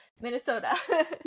Minnesota